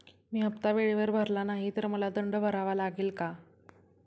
मी हफ्ता वेळेवर भरला नाही तर मला दंड भरावा लागेल का?